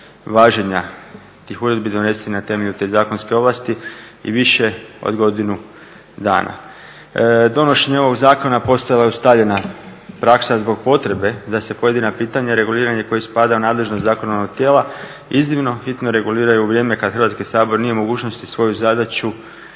važenja tih uredbi donesenih na temelju te zakonske ovlasti i više od godinu dana. Donošenje ovog zakona postalo je ustaljena praksa zbog potrebe da se pojedina pitanja reguliranje kojih spada u nadležnost zakonodavnog tijela iznimno hitno reguliraju u vrijeme kad Hrvatski sabor nije u mogućnosti svoju zadaću